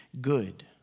good